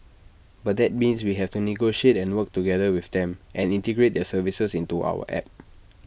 but that means we have to negotiate and work together with them and integrate their services into our app